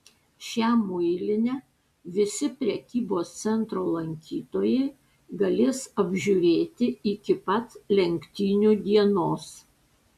šią muilinę visi prekybos centro lankytojai galės apžiūrėti iki pat lenktynių dienos